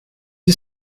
you